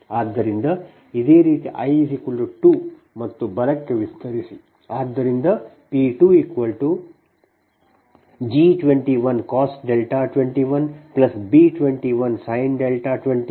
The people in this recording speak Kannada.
ಆದ್ದರಿಂದ ಇದೇ ರೀತಿ i 2 ಮತ್ತು ಬಲಕ್ಕೆ ವಿಸ್ತರಿಸಿ